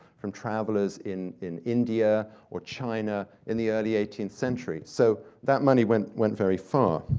from travelers in in india or china, in the early eighteenth century. so that money went went very far.